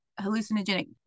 hallucinogenic